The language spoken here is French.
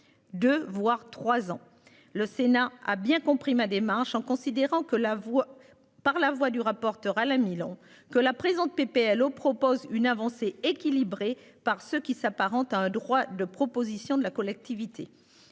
2 voire 3 ans. Le Sénat a bien compris ma démarche en considérant que la voix par la voix du rapporteur Alain Milon. Que la présente PPL au propose une avancée. Par ce qui s'apparente à un droit de propositions de la collectivité